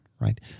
right